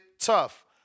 tough